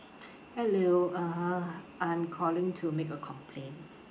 hello uh I'm calling to make a complaint